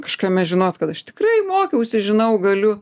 kažkame žinot kad aš tikrai mokiausi žinau galiu